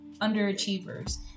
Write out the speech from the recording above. underachievers